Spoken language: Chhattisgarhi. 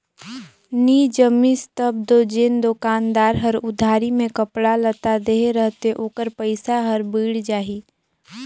नी जमिस तब दो जेन दोकानदार हर उधारी में कपड़ा लत्ता देहे रहथे ओकर पइसा हर बुइड़ जाही